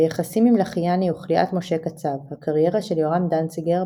היחסים עם לחיאני וכליאת משה קצב הקריירה של יורם דנציגר,